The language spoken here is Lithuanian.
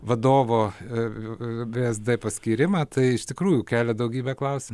vadovo vsd paskyrimą tai iš tikrųjų kelia daugybę klausimų